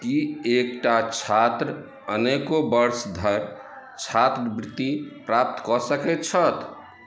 की एक टा छात्र अनेको वर्ष धरि छात्रवृत्ति प्राप्त कऽ सकैत छथि